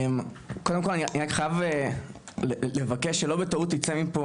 קודם אני רק חייב לבקש שלא בטעות ייצא מפה